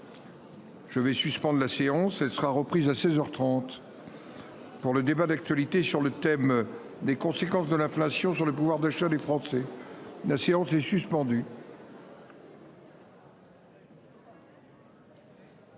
Je vais suspendre la séance elle sera reprise à 16h 30. Pour le débat d'actualité sur le thème des conséquences de l'inflation sur le pouvoir d'achat des Français. La séance est suspendue.